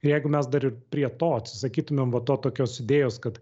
jeigu mes dar ir prie to atsisakytumėm va to tokios idėjos kad